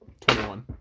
21